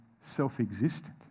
self-existent